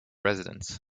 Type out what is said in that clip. residents